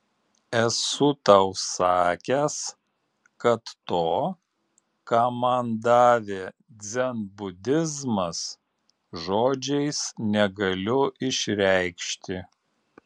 esu tau sakęs kad to ką man davė dzenbudizmas žodžiais negaliu išreikšti